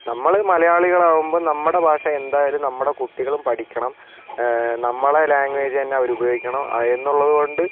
നമ്മൾ മലയാളികളാവുമ്പോൾ നമ്മുടെ ഭാഷ എന്തായാലും നമ്മുടെ കുട്ടികളും പഠിക്കണം നമ്മളെ ലാഗ്വേജ് തന്നെ അവർ ഉപയോഗിക്കണം എന്നുള്ളതുകൊണ്ട്